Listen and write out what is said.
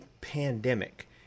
pandemic